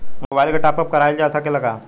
Mobile के top up कराइल जा सकेला का?